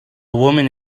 woman